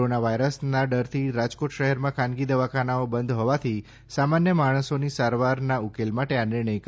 corona વાયરસના ડરથી રાજકોટ શહેરમાં ખાનગી દવાખાનાઓ બંધ હોવાથી સામાન્ય માણસોની સરવારના ઉકેલ માટે આ નિર્ણય કર્યો છે